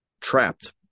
trapped